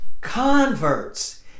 converts